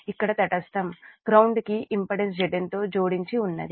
ఇక్కడ తటస్థం గ్రౌండ్ కి ఇంపిడెన్స్ Zn తో జోడించి వున్నది